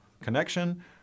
connection